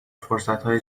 فرصتهای